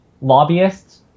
lobbyists